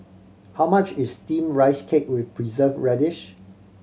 how much is Steamed Rice Cake with Preserved Radish